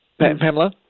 pamela